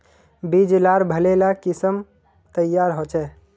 बीज लार भले ला किसम तैयार होछे